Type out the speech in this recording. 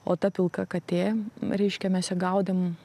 o ta pilka katė reiškia mes ją gaudėm